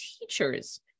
Teachers